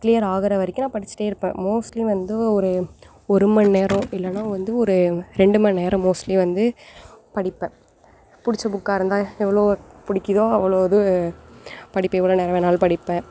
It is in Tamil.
கிளியர் ஆகிற வரைக்கும் நான் படிச்சிகிட்டே இருப்பேன் மோஸ்ட்லி வந்து ஒரு ஒரு மண் நேரம் இல்லைனா வந்து ஒரு ரெண்டு மண் நேரம் மோஸ்ட்லி வந்து படிப்பேன் படிச்ச புக்காக இருந்தால் எவ்வளோ பிடிக்கிதோ அவ்வளோது படிப்பேன் எவ்வளோ நேரம் வேணாலும் படிப்பேன்